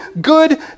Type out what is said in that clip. good